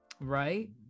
right